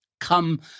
come